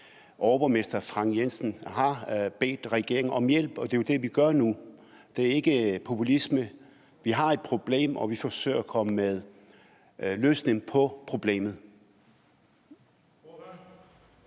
overborgmester Frank Jensen har bedt regeringen om hjælp, og det er jo det, vi gør nu. Det er ikke populisme. Vi har et problem, og vi forsøger at komme med en løsning på problemet.